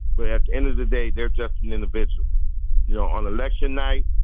we have end of the day. they're just an individual you know on election night